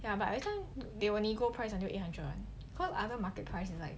ya but this one they only go price until eight hundred [one] cause other market price is like